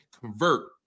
convert